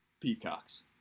Peacocks